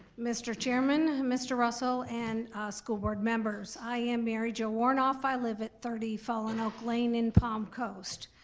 mr. chairman, mr. russell and school board members. i am mary-joe warnoff, i live at thirty fallen oak lane in palm coast.